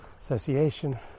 association